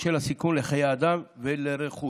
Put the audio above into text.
בשל הסיכון לחיי אדם ולרכוש.